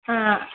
ആ